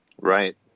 Right